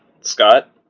Scott